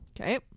Okay